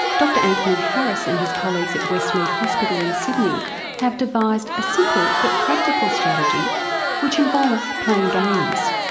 dr anthony harris and his colleagues at westmead hospital in sydney have devised a simple, but practical strategy which involves playing games.